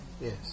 yes